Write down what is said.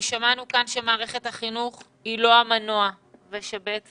שמענו כאן שמערכת החינוך היא לא המנוע ושבעצם